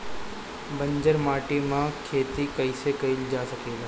बंजर माटी में खेती कईसे कईल जा सकेला?